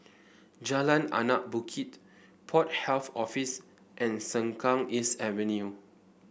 Jalan Anak Bukit Port Health Office and Sengkang East Avenue